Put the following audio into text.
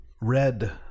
Red